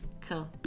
Cool